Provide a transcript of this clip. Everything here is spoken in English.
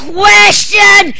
question